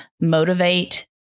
motivate